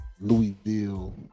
Louisville